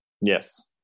Yes